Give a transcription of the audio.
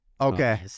Okay